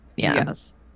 Yes